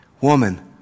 Woman